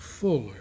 Fuller